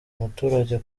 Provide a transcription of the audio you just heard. muturage